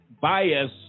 bias